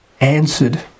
answered